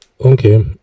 Okay